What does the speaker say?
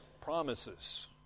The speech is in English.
promises